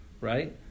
right